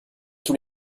tous